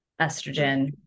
estrogen